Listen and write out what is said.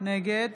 נגד